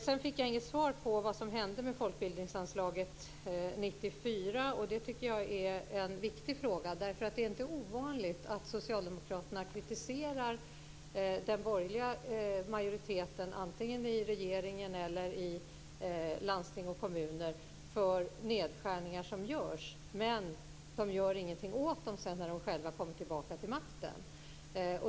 Jag fick inget svar om vad som hände med folkbildningsanslaget 1994. Jag tycker att det är en viktig fråga. Det är inte ovanligt att Socialdemokraterna kritiserar en borgerlig majoritet, antingen i en regering eller i landsting och kommuner, för nedskärningar som görs men att de inte gör någonting åt det när de själva sedan kommer tillbaka till makten.